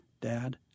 dad